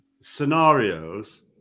scenarios